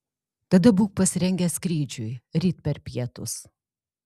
tada būk pasirengęs skrydžiui ryt per pietus